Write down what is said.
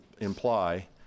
imply